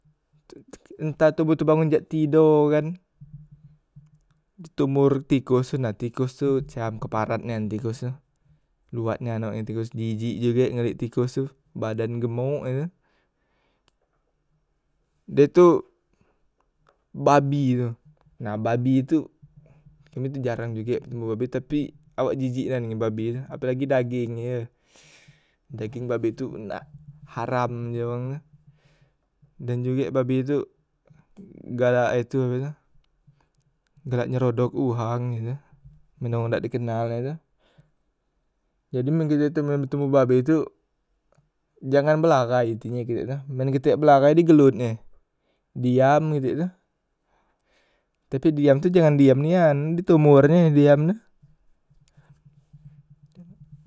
Te te enta toboh tu bangun jak tido kan di tumbor tikos tu na tikos tu cam keparat nian tikos tu luwat nian awak dengan tikos jijik juge ngelik tikos tu badan gemok e tu, da tu babi tu, na babi tu kami tu jarang jugek ketemu babi tapi awak jijik nian dengan babi tu apelagi dageng nyeh dageng babi tu ndak haram ji wong tu dan jugek babi tu galak e tu apetu galak nyerodok uwang die tu men wong dak di kenal e tu, jadi men kite tu men betemu babi tu jangan belahai inti nye kite tu men kite belahai digelot nye diam kite tu, tapi diam tu jangan diam nian di tumbor nye diam tu.